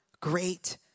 great